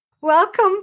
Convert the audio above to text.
Welcome